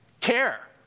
Care